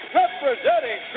representing